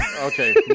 Okay